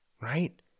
right